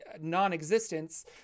non-existence